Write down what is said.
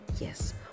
Yes